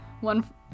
one